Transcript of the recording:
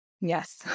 Yes